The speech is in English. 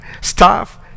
staff